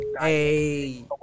Hey